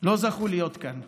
לא זכו להיות כאן,